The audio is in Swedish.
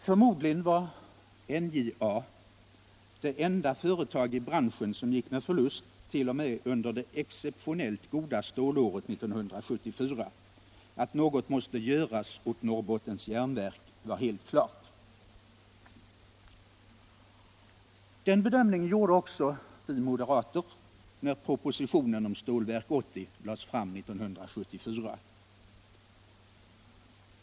Förmodligen var NJA det enda företag i branschen som gick med förlust t.o.m. under det exceptionellt goda stålåret 1974. Att något måste göras åt Norrbottens Järnverk var helt klart. Den bedömningen gjorde också vi moderater när propositionen om Stålverk 80 lades fram 1974.